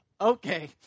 okay